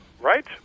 Right